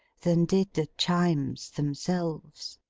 than did the chimes themselves.